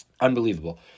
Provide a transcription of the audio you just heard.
Unbelievable